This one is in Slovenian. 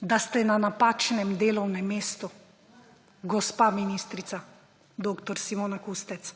da ste na napačnem delovnem mestu, gospa ministrica, dr. Simona Kustec.